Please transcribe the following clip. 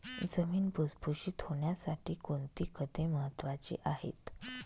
जमीन भुसभुशीत होण्यासाठी कोणती खते महत्वाची आहेत?